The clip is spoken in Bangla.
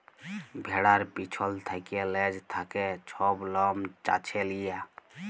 ভেড়ার পিছল থ্যাকে লেজ থ্যাকে ছব লম চাঁছে লিয়া